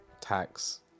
tax